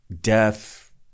death